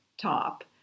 Top